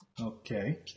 Okay